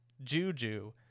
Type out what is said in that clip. Juju